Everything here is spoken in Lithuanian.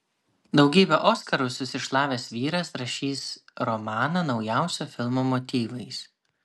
daugybę oskarų susišlavęs vyras rašys romaną naujausio filmo motyvais